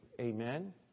Amen